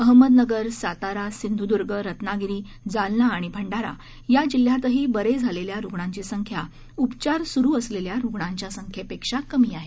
अहमदनगर सातारा सिंधुदुर्ग रत्नागिरी जालना आणि भंडारा या जिल्ह्यांतही बरे झालेल्या रुणांची संख्या उपचार सुरू असलेल्या रुग्णांच्या संख्येपेक्षा कमी आहे